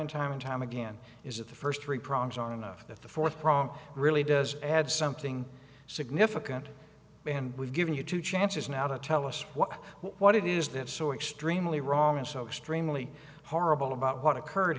and time and time again is that the first three problems are enough if the fourth prong really does add something significant and we've given you two chances now to tell us what what it is that so extremely wrong and so extremely horrible about what occurred